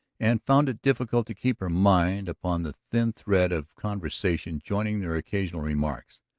and found it difficult to keep her mind upon the thin thread of conversation joining their occasional remarks.